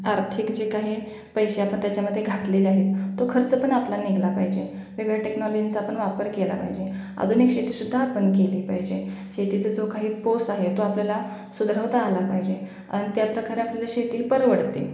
आर्थिक जे काही पैसे आपण त्याच्यामध्ये घातलेले आहेत तो खर्च पण आपला निघला पाहिजे वेगवेगळ्या टेक्नॉलिनचा पण वापर केला पाहिजे आधुनिक शेतीशुद्धा आपण केली पाहिजे शेतीचं जो काही कोर्स आहे तो आपल्याला सुधरवता आला पाहिजे आणि त्या प्रकारे आपल्याला शेती परवडते